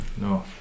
No